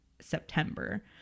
September